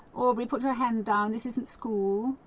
aubrey put your hand down, this isn't school.